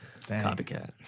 Copycat